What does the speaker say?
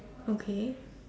okay